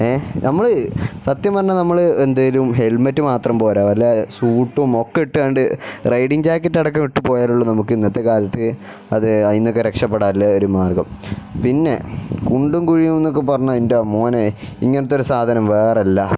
നമ്മൾ സത്യം പറഞ്ഞാൽ നമ്മൾ എന്തെങ്കിലും ഹെൽമറ്റ് മാത്രം പോരാ വല്ല സൂട്ടും ഒക്കെ ഇട്ടുകൊണ്ട് റൈഡിംഗ് ജാക്കറ്റ് അടക്കം ഇട്ട് പോയാലുള്ളത് നമുക്ക് ഇന്നത്തെ കാലത്ത് അത് അതിൽ നിന്നൊക്കെ രക്ഷപ്പെടാനുള്ള ഒരു മാർഗ്ഗം പിന്നെ കുണ്ടും കുഴിയും എന്നൊക്കെ പറഞ്ഞാൽ എൻ്റെ മോന ഇങ്ങനത്തെ ഒരു സാധനം വേറെ ഇല്ല